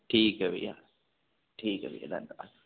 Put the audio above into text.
ठीक है भैया ठीक है भैया धन्यवाद